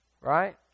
right